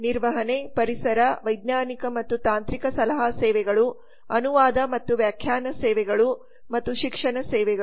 ನಿರ್ವಹಣೆ ಪರಿಸರ ವೈಜ್ಞಾನಿಕ ಮತ್ತು ತಾಂತ್ರಿಕ ಸಲಹಾ ಸೇವೆಗಳು ಅನುವಾದ ಮತ್ತು ವ್ಯಾಖ್ಯಾನ ಸೇವೆಗಳು ಮತ್ತು ಶಿಕ್ಷಣ ಸೇವೆಗಳು